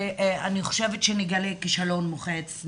אני חושבת שנגלה כישלון מוחץ.